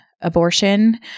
abortion